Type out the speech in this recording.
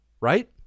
Right